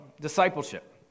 discipleship